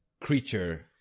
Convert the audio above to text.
creature